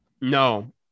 No